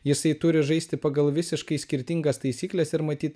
jisai turi žaisti pagal visiškai skirtingas taisykles ir matyt